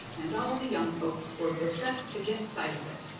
and all the young folks were beset to get sight of it.